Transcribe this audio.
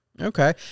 Okay